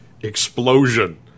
explosion